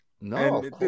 no